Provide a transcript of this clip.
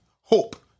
Hope